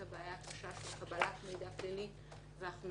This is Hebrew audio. הבעיה הקשה של אי קבלת מידע פלילי לגבי